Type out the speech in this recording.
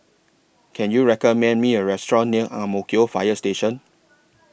Can YOU recommend Me A Restaurant near Ang Mo Kio Fire Station